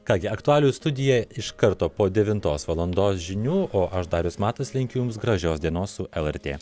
ką gi aktualijų studija iš karto po devintos valandos žinių o aš darius matas linkiu jums gražios dienos su lrt